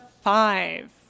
five